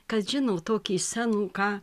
kad žino tokį senuką